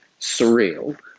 surreal